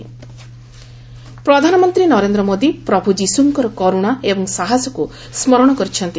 good Friday ପ୍ରଧାନମନ୍ତ୍ରୀ ନରେନ୍ଦ୍ର ମୋଦି ପ୍ରଭୁ ଯିଶୁଙ୍କର କରୁଣା ଏବଂ ସାହସକୁ ସ୍କରଣ କରିଛନ୍ତି